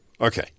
Okay